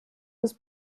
des